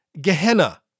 Gehenna